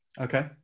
okay